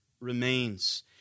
remains